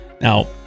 Now